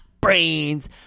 brains